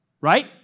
right